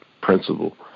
principle